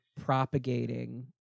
Propagating